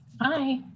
Hi